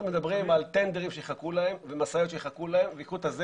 הוא שמע את הפרויקט,